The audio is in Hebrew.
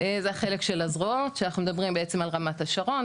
זה החלק של הזרועות שאנחנו מדברים בעצם על רמת השרון,